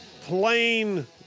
plain